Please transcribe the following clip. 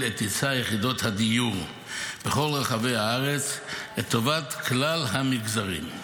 את היצע יחידות הדיור בכל רחבי הארץ לטובת כלל המגזרים.